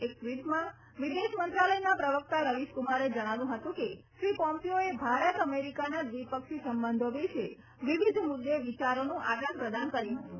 એક ટ્વીટમાં વિદેશમંત્રાલયના પ્રવક્તા રવિશકમારે જણાવ્યું હતું કે શ્રી પોમ્પીઓએ ભારત અમેરિકાના દ્વિપક્ષી સંબંદો વિશે વિવિધ મુદ્દે વિચારોનું આદાનપ્રદાન કર્યું હતું